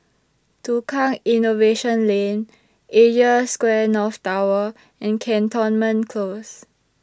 Tukang Innovation Lane Asia Square North Tower and Cantonment Close